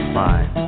fine